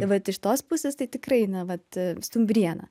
tai vat iš tos pusės tai tikrai na vat stumbriena